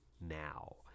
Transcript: now